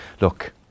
look